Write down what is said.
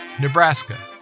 Nebraska